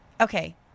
Okay